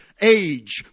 age